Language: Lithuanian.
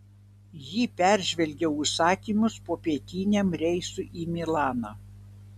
ji peržvelgė užsakymus popietiniam reisui į milaną